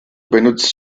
benutzt